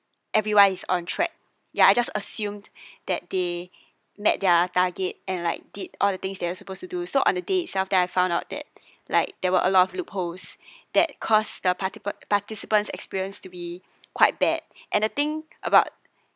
everyone is on track ya I just assumed that day met their target and like did all the things that you supposed to do so on the day itself that I found out that like there were a lot of loopholes that caused the parti~ participants experience to be quite bad and the thing about